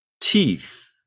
teeth